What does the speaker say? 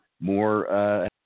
more, –